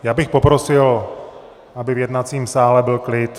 Já bych poprosil, aby v jednacím sále byl klid.